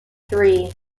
three